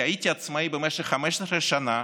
כי הייתי עצמאי במשך 15 שנה